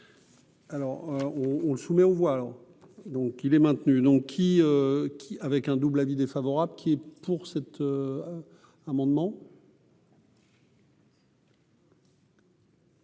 Alors on on le soumet aux voix, alors donc il est maintenu, donc, qui, qui, avec un double avis défavorable qui est pour cet amendement.